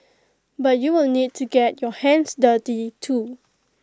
but you will need to get your hands dirty too